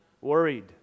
worried